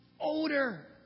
odor